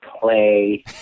play